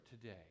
Today